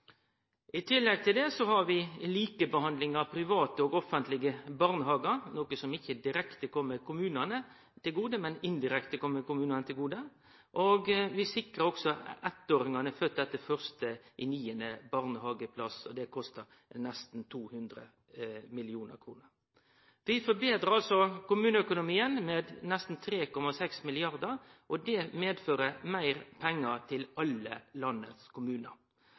I tillegg til det vil vi få til likebehandling av private og offentlege barnehagar, noko som ikkje direkte kjem kommunane til gode, men indirekte vil komme kommunane til gode. Vi sikrar også barnehageplass for ettåringane som er fødde etter 1. september. Det kostar nesten 200 mill. kr. Vi forbetrar altså kommuneøkonomien med nesten 3,6 mrd. kr. Det medfører meir pengar til alle landets kommunar.